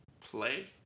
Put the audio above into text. play